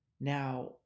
Now